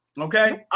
Okay